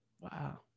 Wow